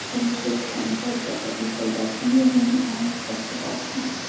wishes and thoughts of the people that knew him and talked about him.